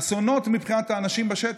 אסונות מבחינת האנשים בשטח.